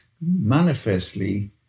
manifestly